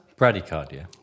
Bradycardia